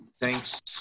thanks